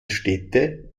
städte